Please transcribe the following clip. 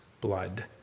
blood